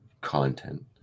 content